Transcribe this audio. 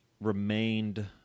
remained